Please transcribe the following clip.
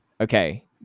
okay